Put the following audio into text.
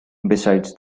besides